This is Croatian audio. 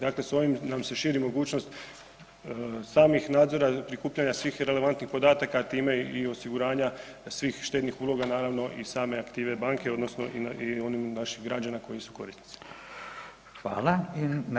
Dakle, s ovim nam se širi mogućnost samih nadzora prikupljanja svih relevantnih podataka, a time i osiguranja svih štednih uloga, naravno i same aktive banke odnosno i onih naših građana koji su korisnici.